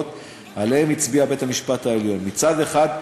שעליהן הצביע בית-המשפט העליון מצד אחד,